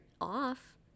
off